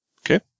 Okay